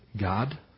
God